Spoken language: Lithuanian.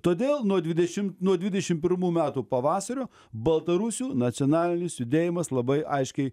todėl nuo dvidešim nuo dvidešim pirmų metų pavasario baltarusių nacionalinis judėjimas labai aiškiai